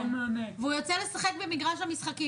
והוא יוצא לשחק במגרש המשחקים,